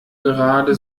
gerade